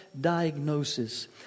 diagnosis